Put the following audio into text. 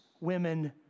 women